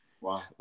wow